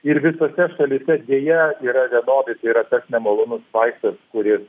ir visose šalyse deja yra vienodai tai yra tas nemalonus vaistas kuris